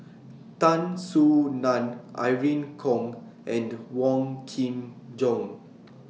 Tan Soo NAN Irene Khong and Wong Kin Jong